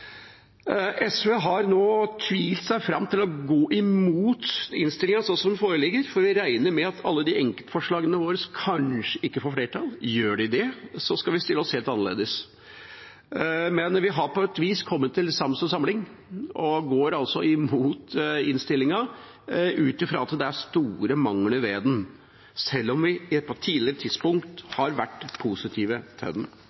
SV har nå tvilt seg fram til å gå imot innstillinga sånn som den foreligger, for vi regner med at alle de enkeltforslagene våre kanskje ikke får flertall. Gjør de det, skal vi stille oss helt annerledes. Men vi har på et vis kommet til sans og samling og går altså imot innstillinga, ut fra at det er store mangler ved den, sjøl om vi på et tidligere tidspunkt har vært positive til den.